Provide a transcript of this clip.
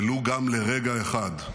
ולו גם לרגע אחד.